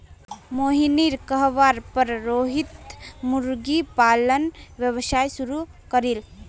मोहिनीर कहवार पर रोहित मुर्गी पालन व्यवसाय शुरू करील